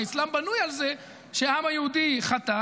הרי האסלאם בנוי על זה שהעם היהודי חטא